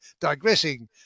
digressing